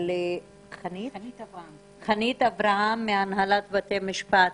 חנית אברהם מהנהלת בתי המשפט.